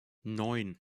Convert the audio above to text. neun